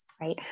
right